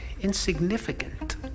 insignificant